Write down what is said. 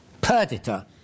Perdita